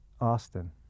Austin